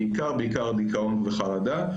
בעיקר בעיקר דיכאון וחרדה.